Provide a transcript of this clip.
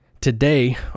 Today